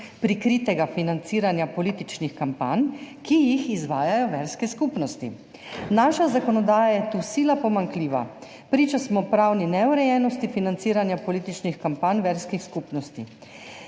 prikritega financiranja političnih kampanj, ki jih izvajajo verske skupnosti. Naša zakonodaja je tu sila pomanjkljiva. Priča smo pravni neurejenosti financiranja političnih kampanj verskih skupnosti.